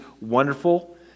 wonderful